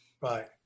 Right